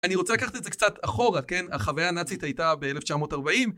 אני רוצה לקחת את זה קצת אחורה, כן? החוויה הנאצית הייתה ב-1940.